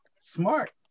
smart